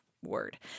word